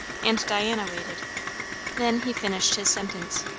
and diana waited then he finished his sentence.